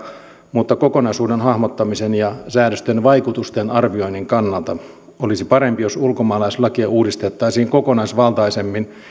mutta kokonaisuuden hahmottamisen ja säädösten vaikutusten arvioinnin kannalta olisi parempi jos ulkomaalaislakia uudistettaisiin kokonaisvaltaisemmin